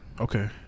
Okay